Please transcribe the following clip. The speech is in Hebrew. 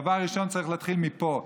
דבר ראשון, צריך להתחיל מפה.